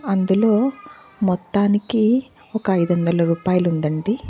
అందులో మొత్తానికీ ఒక ఐదొందలు రూపాయలుందండి